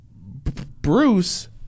Bruce